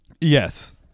Yes